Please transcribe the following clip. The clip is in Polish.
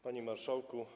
Panie Marszałku!